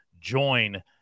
join